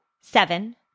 seven